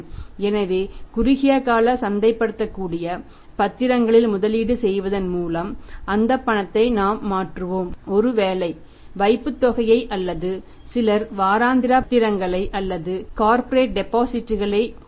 எனவே குறுகிய கால சந்தைப்படுத்தக்கூடிய பத்திரங்களில் முதலீடு செய்வதன் மூலம் அந்த பணத்தை நாம் மாற்றுவோம் ஒருவேளை வைப்புத்தொகையை அல்லது சிலர் வாராந்திர பத்திரங்கள் அல்லது கார்ப்பரேட் டெபாசிட்களைக் கூறலாம்